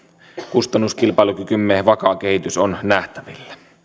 kustannuskilpailukykymme vakaa kehitys on nähtävillä